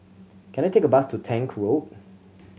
can I take a bus to Tank Road